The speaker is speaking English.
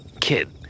kid